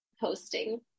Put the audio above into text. hosting